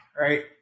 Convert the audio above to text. right